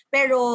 Pero